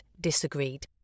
disagreed